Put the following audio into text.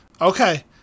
Okay